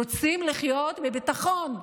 רוצים לחיות בביטחון.